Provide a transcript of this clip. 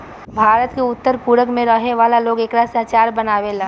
भारत के उत्तर पूरब में रहे वाला लोग एकरा से अचार बनावेला